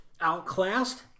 outclassed